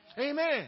Amen